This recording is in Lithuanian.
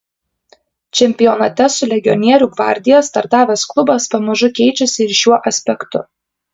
čempionate su legionierių gvardija startavęs klubas pamažu keičiasi ir šiuo aspektu